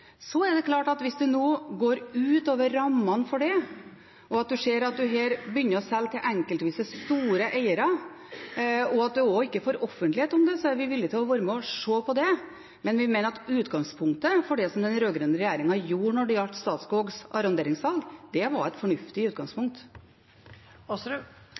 Det er klart at hvis man nå går utover rammene for det, og ser at man begynner å selge til store eiere enkeltvis og heller ikke får offentlighet om det, er vi villig til å være med og se på det, men vi mener at utgangspunktet for det som den rød-grønne regjeringen gjorde når det gjaldt Statskogs arronderingssalg, var et fornuftig utgangspunkt. Takk for svaret. Jeg er enig i at det var fornuftig at man gjorde et